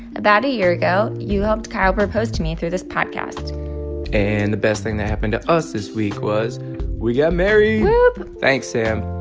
about a year ago, you helped kyle propose to me through this podcast and the best thing that happened to us this week was we got married woop thanks, sam.